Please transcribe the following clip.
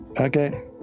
Okay